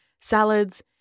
salads